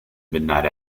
midnight